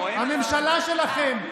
הממשלה שלכם,